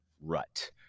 rut